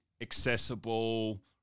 accessible